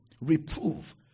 Reprove